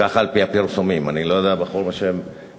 כך על-פי הפרסומים, אני לא יודע, בחור בשם קויפמן.